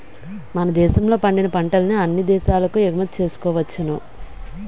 మన దేశంలో పండిన పంటల్ని అన్ని దేశాలకు ఎగుమతి చేసుకోవచ్చును